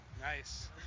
Nice